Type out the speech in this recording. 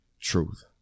truth